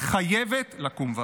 חייבת לקום ועדה.